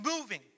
moving